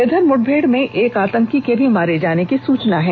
इघर मुठभेड़ में एक आतंकी के भी मारे जाने की सूचना है